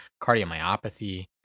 cardiomyopathy